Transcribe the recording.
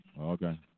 Okay